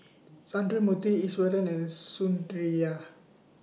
Sundramoorthy Iswaran and Sundaraiah